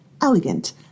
elegant